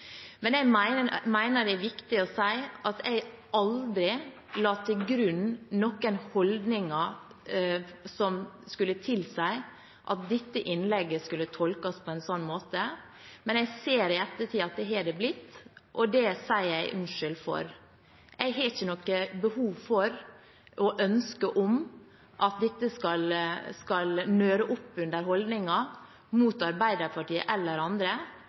Men jeg mener det er viktig å si at jeg aldri la til grunn noen holdninger som skulle tilsi at dette innlegget skulle tolkes på en sånn måte, men jeg ser i ettertid at det har det blitt. Og det sier jeg unnskyld for. Jeg har ikke noe behov for og ønske om at dette skal nøre opp under holdninger mot Arbeiderpartiet eller andre.